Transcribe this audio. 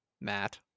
Matt